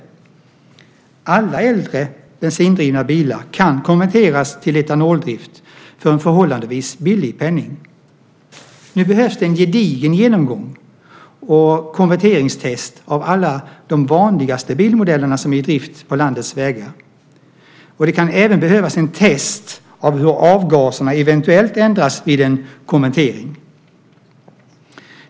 Alla äldre bensindrivna bilar kan konverteras till etanoldrift för en förhållandevis billig penning. Nu behövs det en gedigen genomgång och konverteringstest av alla de vanligaste bilmodellerna som är i drift på landets vägar. Det kan även behövas ett test av hur avgaserna eventuellt ändras vid en konvertering.